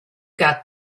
got